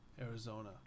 Arizona